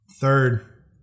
Third